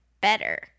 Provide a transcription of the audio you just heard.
better